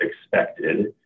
expected